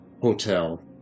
hotel